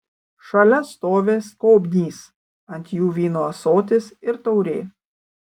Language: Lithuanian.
šalia stovi skobnys ant jų vyno ąsotis ir taurė